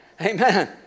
Amen